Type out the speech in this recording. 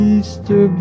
Easter